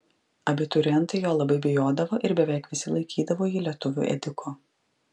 abiturientai jo labai bijodavo ir beveik visi laikydavo jį lietuvių ėdiku